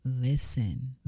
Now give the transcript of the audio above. listen